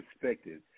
perspective